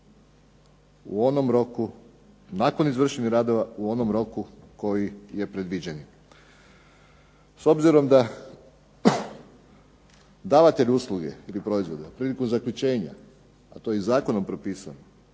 u onom roku nakon izvršenim radova, u onom roku koji je predviđen. S obzirom da davatelj usluge ili proizvoda, prilikom zaključenja, a to je i Zakonom propisano